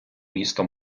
місто